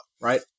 right